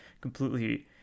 completely